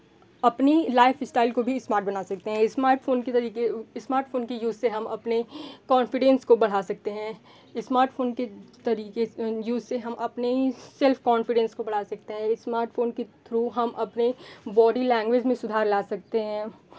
अपनी life style को भी स्मार्ट बना सकते हैं स्मार्ट फ़ोन के तरीके स्मार्ट फ़ोन के यूज़ से हम अपने कॉन्फ़िडेंस को बढ़ा सकते हैं स्मार्ट फ़ोन के तरीके यूज़ से हम अपने ही सेल्फ़ कॉन्फ़िडेंस को बढ़ा सकते हैं स्मार्ट फ़ोन के थ्रू हम अपने बॉडी लैंग्वेज में सुधार ला सकते हैं